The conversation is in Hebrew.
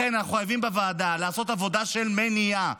לכן אנחנו חייבים בוועדה לעשות עבודה של מניעה,